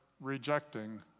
rejecting